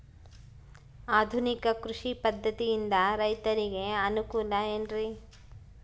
ಆಧುನಿಕ ಕೃಷಿ ಪದ್ಧತಿಯಿಂದ ರೈತರಿಗೆ ಅನುಕೂಲ ಏನ್ರಿ?